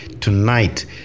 tonight